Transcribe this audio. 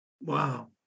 Wow